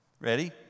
Ready